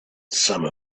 some